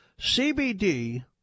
CBD